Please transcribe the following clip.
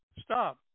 Stop